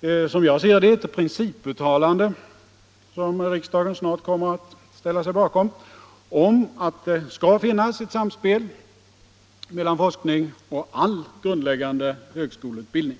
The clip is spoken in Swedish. är, som jag ser det, ett principuttalande som riksdagen snart kommer att ställa sig bakom -— att det skall finnas ett samspel mellan forskning och all grundläggande högskoleutbildning.